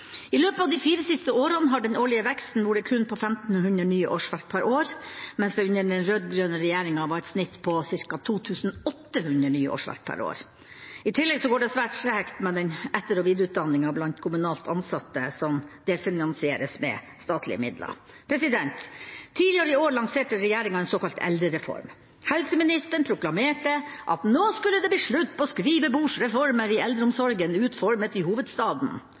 I løpet av de fire siste årene har den årlige veksten vært kun 1 500 nye årsverk per år, mens det under den rød-grønne regjeringa var et snitt på ca. 2 800 nye årsverk per år. I tillegg går det svært tregt med etter- og videreutdanningen blant kommunalt ansatte som delfinansieres med statlige midler. Tidligere i år lanserte regjeringa en såkalt eldrereform. Helseministeren proklamerte at nå skulle det bli slutt på skrivebordsreformer i eldreomsorgen utformet i hovedstaden.